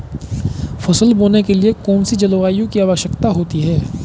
फसल बोने के लिए कौन सी जलवायु की आवश्यकता होती है?